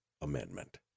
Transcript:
Amendment